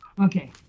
Okay